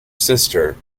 sister